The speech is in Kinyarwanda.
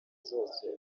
zose